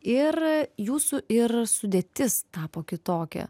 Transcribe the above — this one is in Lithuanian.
ir jūsų ir sudėtis tapo kitokia